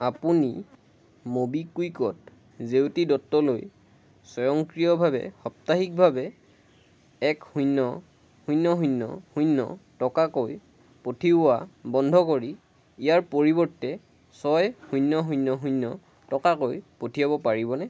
আপুনি ম'বিকুইকত জেউতি দত্তলৈ স্বয়ংক্ৰিয়ভাৱে সাপ্তাহিকভাৱে এক শূন্য শূন্য শূন্য শূন্য টকাকৈ পঠিওৱা বন্ধ কৰি ইয়াৰ পৰিৱৰ্তে ছয় শূন্য শূন্য শূন্য টকাকৈ পঠিয়াব পাৰিবনে